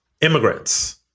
immigrants